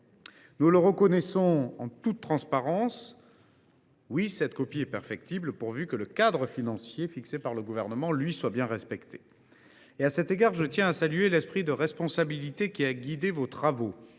Nous reconnaissons en toute transparence que la copie est perfectible, pourvu que le cadre financier fixé par le Gouvernement, lui, soit bien respecté. Je tiens à saluer l’esprit de responsabilité qui a guidé les travaux